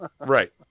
Right